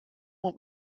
want